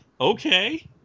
Okay